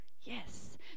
yes